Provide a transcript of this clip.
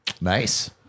nice